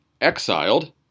exiled